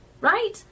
right